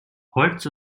holz